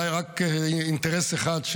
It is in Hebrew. אולי רק אינטרס אחד,